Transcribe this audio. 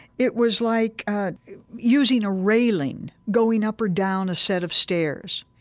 it was like using a railing going up or down a set of stairs.